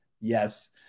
Yes